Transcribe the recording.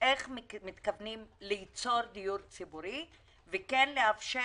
איך מתכוונים ליצור דיור ציבורי ולאפשר